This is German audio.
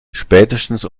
spätestens